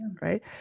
right